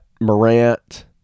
Morant